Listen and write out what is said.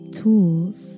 tools